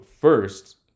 first